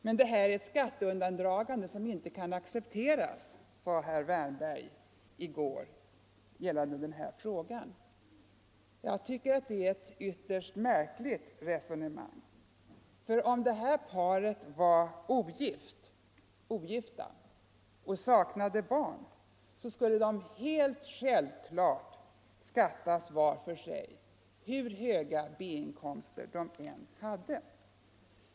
Men detta skulle vara ett skatteundandragande som inte kan accepteras, sade herr Wärnberg i gårdagens debatt i denna fråga. Jag tycker att det är ett mycket märkligt resonemang. Om paret i fråga var ogift och saknade barn, skulle mannen och kvinnan självfallet beskattas var för sig, hur höga B-inkomster de än hade.